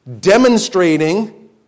demonstrating